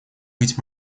быть